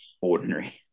ordinary